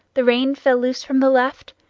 the rein fell loose from the left,